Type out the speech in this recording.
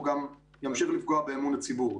הוא גם ימשיך לפגוע באמון הציבור,